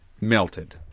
melted